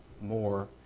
more